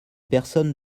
personne